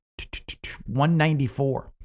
194